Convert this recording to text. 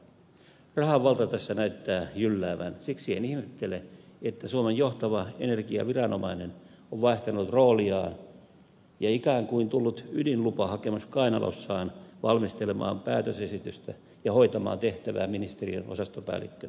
rahan valta tässä näyttää jylläävän siksi en ihmettele että suomen johtava energiaviranomainen on vaihtanut rooliaan ja ikään kuin tullut ydinlupahakemus kainalossaan valmistelemaan päätösesitystä ja hoitamaan tehtävää ministeriön osastopäällikkönä